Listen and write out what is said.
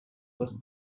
was